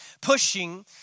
pushing